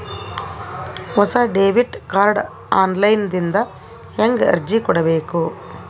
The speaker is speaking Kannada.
ಹೊಸ ಡೆಬಿಟ ಕಾರ್ಡ್ ಆನ್ ಲೈನ್ ದಿಂದ ಹೇಂಗ ಅರ್ಜಿ ಕೊಡಬೇಕು?